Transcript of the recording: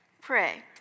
pray